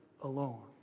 alone